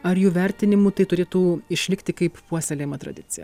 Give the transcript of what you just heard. ar jų vertinimu tai turėtų išlikti kaip puoselėjama tradicija